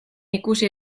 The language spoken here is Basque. ikusi